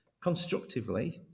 constructively